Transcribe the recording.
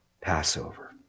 Passover